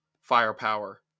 firepower